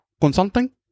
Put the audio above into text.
consulting